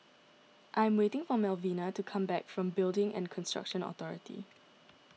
I am waiting for Malvina to come back from Building and Construction Authority